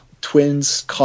twins